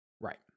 right